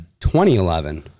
2011